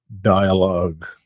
dialogue